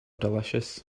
delicious